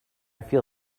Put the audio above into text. feel